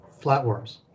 flatworms